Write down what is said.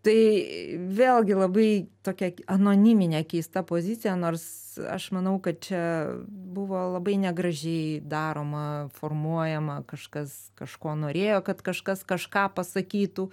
tai vėlgi labai tokia anoniminė keista pozicija nors aš manau kad čia buvo labai negražiai daroma formuojama kažkas kažko norėjo kad kažkas kažką pasakytų